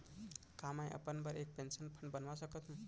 का मैं अपन बर एक पेंशन फण्ड बनवा सकत हो?